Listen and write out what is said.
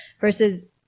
versus